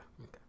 Okay